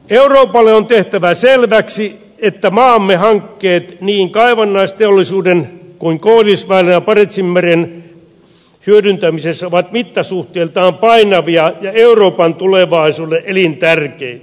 euroopalle on tehtävä selväksi että maamme hankkeet niin kaivannaisteollisuuden kuin myös koillisväylän ja barentsinmeren hyödyntämisessä ovat mittasuhteiltaan painavia ja euroopan tulevaisuudelle elintärkeitä